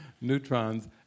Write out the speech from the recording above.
neutrons